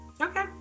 Okay